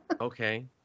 Okay